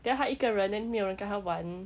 then 他一个人 then 没有人跟他玩